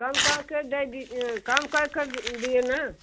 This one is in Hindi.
कम कर के दे दीजिए कम कर कर दि दिए ना